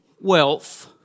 wealth